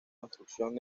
obstrucción